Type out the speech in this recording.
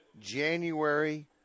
January